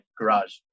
garage